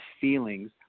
feelings